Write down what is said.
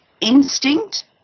instinct